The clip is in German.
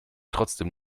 trotzdem